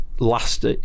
Last